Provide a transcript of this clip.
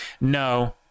no